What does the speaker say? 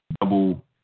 double